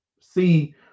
see